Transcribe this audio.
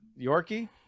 Yorkie